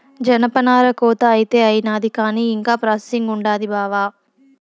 జనపనార కోత అయితే అయినాది కానీ ఇంకా ప్రాసెసింగ్ ఉండాది బావా